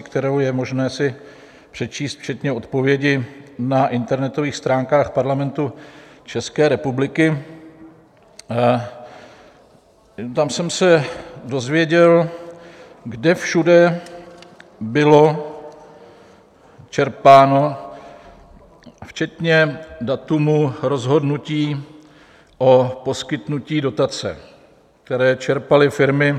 kterou je možné si přečíst včetně odpovědi na internetových stránkách Parlamentu České republiky: tam jsem se dozvěděl, kde všude bylo čerpáno, včetně data rozhodnutí o poskytnutí dotace, kterou čerpaly firmy.